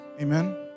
Amen